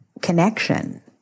connection